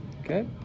Okay